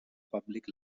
public